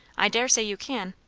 i dare say you can.